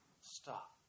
Stop